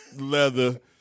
leather